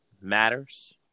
matters